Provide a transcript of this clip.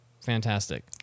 fantastic